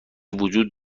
وجود